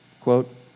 Quote